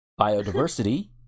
biodiversity